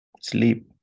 Sleep